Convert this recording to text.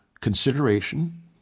consideration